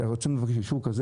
אתם רוצים לבקש אישור כזה